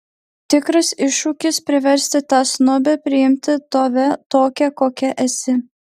tikras iššūkis priversti tą snobę priimti tave tokią kokia esi